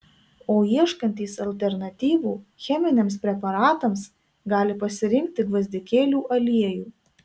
o ieškantys alternatyvų cheminiams preparatams gali pasirinkti gvazdikėlių aliejų